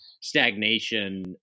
stagnation